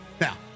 Now